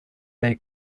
they